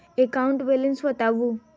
account balance बताउ